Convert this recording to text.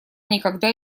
никогда